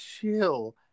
chill